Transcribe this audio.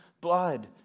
blood